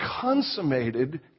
consummated